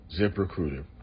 ZipRecruiter